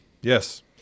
yes